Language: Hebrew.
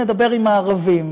נדבר עם הערבים.